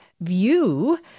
view